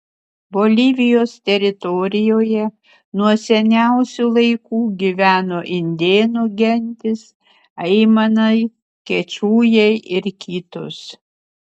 bolivijos teritorijoje nuo seniausių laikų gyveno indėnų gentys aimanai kečujai ir kitos